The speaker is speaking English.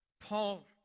Paul